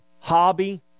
hobby